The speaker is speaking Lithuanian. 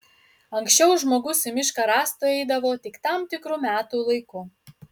anksčiau žmogus į mišką rąstų eidavo tik tam tikru metų laiku